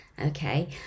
Okay